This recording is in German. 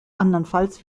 andernfalls